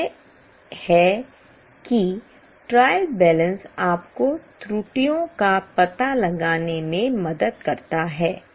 यह है कि ट्रायल बैलेंस आपको त्रुटियों का पता लगाने में मदद करता है